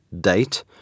date